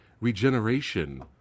regeneration